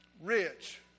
Rich